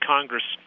Congress